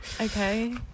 Okay